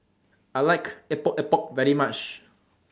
I like Epok Epok very much